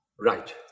Right